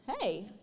hey